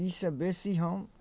ई सँ बेसी हम